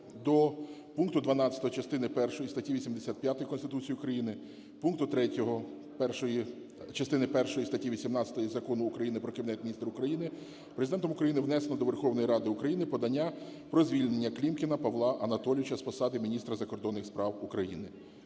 до пункту 12 частини першої статті 85 Конституції України, пункту 3 частини першої статті 18 Закону України "Про Кабінет Міністрів України" Президентом України внесено до Верховної Ради України подання про звільненняКлімкіна Павла Анатолійовича з посади міністра закордонних справ України.